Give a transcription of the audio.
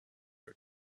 her